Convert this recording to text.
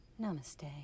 Namaste